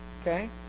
Okay